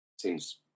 seems